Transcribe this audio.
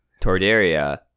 Tordaria